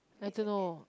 I don't know